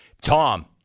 Tom